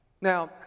Now